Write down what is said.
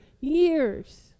years